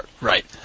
Right